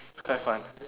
quite fun